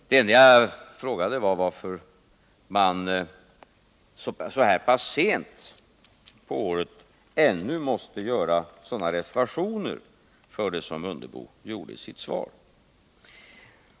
Det enda jag frågade var emellertid varför man ännu så här sent på året måste göra sådana reservationer för det som Ingemar Mundebo gjorde i sitt svar.